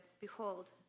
Behold